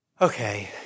okay